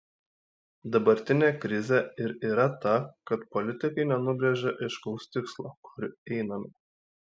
dabartinė krizė ir yra ta kad politikai nenubrėžia aiškaus tikslo kur einame